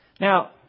Now